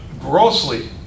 grossly